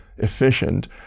efficient